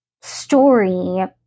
story